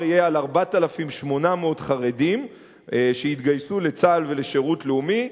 יהיה על 4,800 חרדים שיתגייסו לצה"ל ולשירות לאומי,